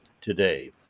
today